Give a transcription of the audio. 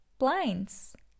Blinds